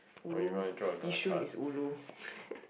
ulu Yishun is ulu